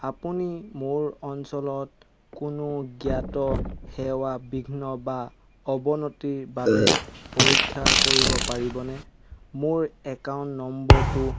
আপুনি মোৰ অঞ্চলত কোনো জ্ঞাত সেৱা বিঘ্ন বা অৱনতিৰ বাবে পৰীক্ষা কৰিব পাৰিবনে মোৰ একাউণ্ট নম্বৰটো